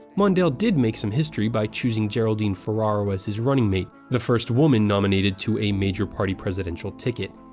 mondale did make some history by choosing geraldine ferraro as his running mate, the first woman nominated to a major-party presidential ticket.